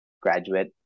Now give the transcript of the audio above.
graduate